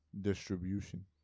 distribution